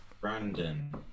Brandon